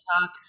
talk